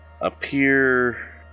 appear